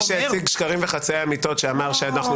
מי שהציג שקרים וחצאי אמיתית שאמר שאנחנו